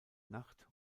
nacht